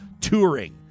touring